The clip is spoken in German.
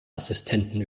assistenten